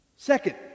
Second